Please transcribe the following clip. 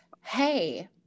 Hey